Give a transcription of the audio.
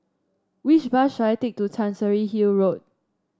which bus should I take to Chancery Hill Road